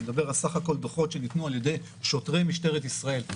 אני מדבר על סך הכול דוחות שניתנו על ידי שוטרי משטרת ישראל.